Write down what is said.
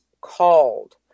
called